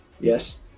Yes